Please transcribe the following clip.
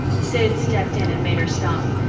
sid stepped in and made her stop,